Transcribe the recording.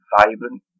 vibrant